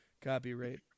copyright